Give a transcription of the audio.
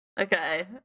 Okay